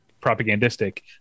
propagandistic